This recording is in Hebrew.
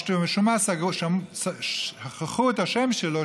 משום מה שכחו את השם שלו,